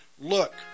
look